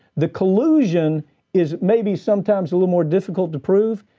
the collusion is maybe sometimes a little more difficult to prove.